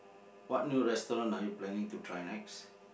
what new restaurant are you planning to try next